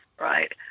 right